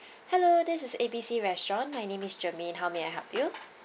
hello this is A B C restaurant my name is germaine how may I help you